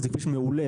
זה כביש מעולה,